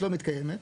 לא מתקיימת,